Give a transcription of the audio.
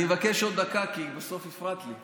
אני מבקש עוד דקה כי בסוף הפרעת לי.